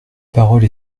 parole